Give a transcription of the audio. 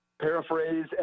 paraphrase